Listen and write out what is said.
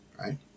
right